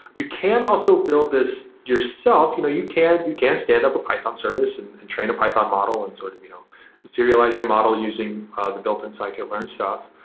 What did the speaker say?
you can also build this yourself. you know you can can stand up a python service and and train a python model and sort of you know serialize your model using ah the built-in scikit-learn stuff.